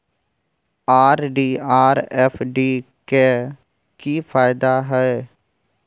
RD आर FD के की फायदा हय?